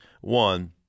One